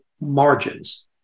margins